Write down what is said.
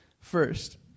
First